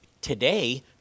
Today